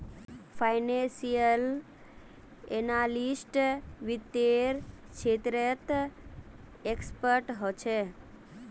financial analyst वित्त्तेर क्षेत्रत expert ह छे